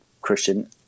Christian